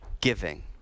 giving